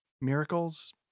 Miracles